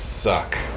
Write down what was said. suck